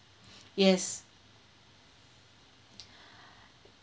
yes